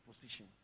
position